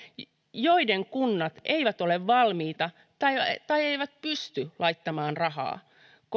joiden kunnat eivät ole valmiita tai tai eivät pysty laittamaan rahaa